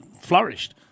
flourished